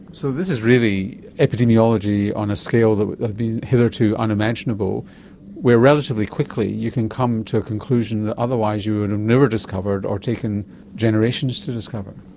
so this is really epidemiology on a scale that has been hitherto unimaginable where relatively quickly you can come to a conclusion that otherwise you would have never discovered or taken generations to discover.